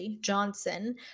Johnson